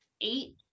Eight